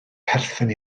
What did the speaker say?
perthyn